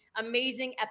amazing